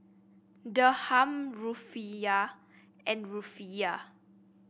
Dirham Rufiyaa and Rufiyaa